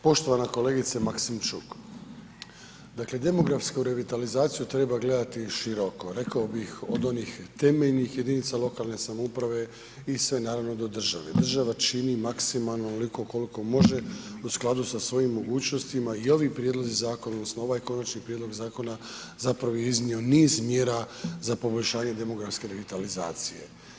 Poštovana kolegice Maksimčuk, dakle demografsku revitalizaciju treba gledati široko, rekao bih od onih temeljnih jedinica lokalne samouprave i sve naravno do države, država čini maksimalno onoliko koliko može u skladu sa svojim mogućnostima i ovi prijedlozi zakona odnosno ovaj konačni prijedlog zakona zapravo je iznio niz mjera za poboljšanje demografske revitalizacije.